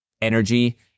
energy